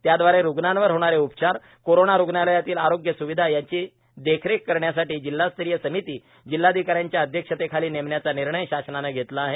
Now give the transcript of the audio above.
त्याद्वारे रुग्णांवर होणारे उपचार कोरोना रुग्णालयातील आरोग्य स्विधा याची देखरेख करण्यासाठी जिल्हास्तरीय समिती जिल्हाधिकाऱ्यांच्या अध्यक्षतेखाली नेमण्याचा निर्णय शासनाने घेतला आहे